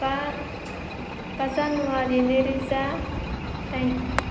बा जानुवारि नैरोजा दाइन